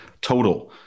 total